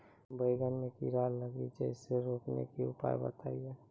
बैंगन मे कीड़ा लागि जैसे रोकने के उपाय बताइए?